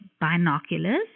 binoculars